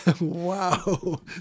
Wow